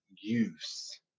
use